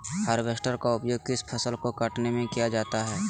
Harvester का उपयोग किस फसल को कटने में किया जाता है?